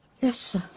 Yes